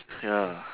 ya